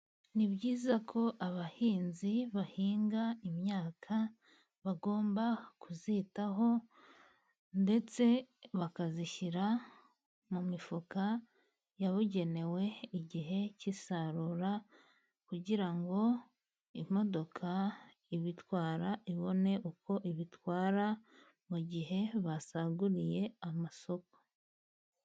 Ni byiza ko abahinzi bahinga imyaka bagomba kuyitaho, ndetse bakayishyira mu mifuka yabugenewe igihe cy'isarura, kugira ngo imodoka ibitwara ibone uko ibitwara mu gihe basaguriye amasoko.